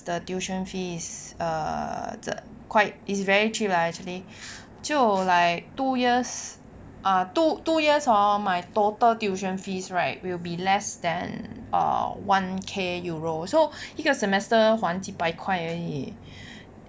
the tuition fees err the quite is very cheap lah actually 就 like two years uh two two years hor my total tuition fees right will be less than uh one K euro so 一个 semester 还几百块而已